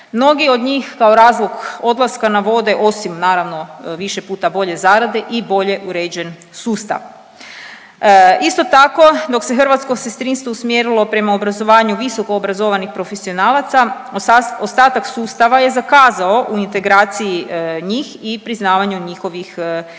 Mnogi od njih kao razlog odlaska navode osim naravno više puta bolje zarade i bolje uređen sustav. Isto tako dok se hrvatsko sestrinstvo usmjerilo prema obrazovanju visokoobrazovanih profesionalaca ostatak sustava je zakazao u integraciji njih i priznavanju njihovih edukacija